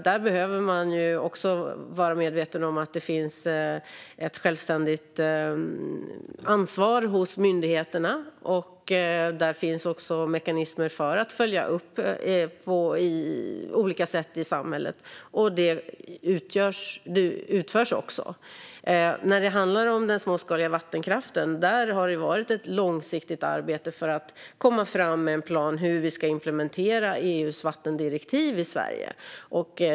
Där behöver man vara medveten om att det finns ett självständigt ansvar hos myndigheterna, och där finns också mekanismer för att följa upp på olika sätt i samhället. Det utförs också. När det handlar om den småskaliga vattenkraften har det varit ett långsiktigt arbete för att komma fram med en plan för hur vi ska implementera EU:s vattendirektiv i Sverige.